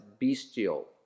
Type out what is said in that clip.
bestial